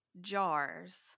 jars